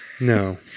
No